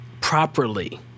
properly